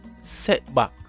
setback